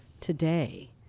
today